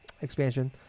expansion